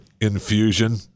infusion